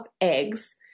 eggs